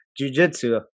jujitsu